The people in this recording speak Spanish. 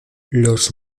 los